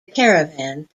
caravan